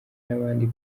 n’abandi